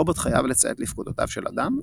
רובוט חייב לציית לפקודותיו של אדם,